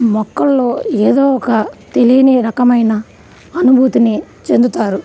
మొక్కల్లో ఏదో ఒక తెలియని రకమైన అనుభూతిని చెందుతారు